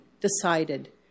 decided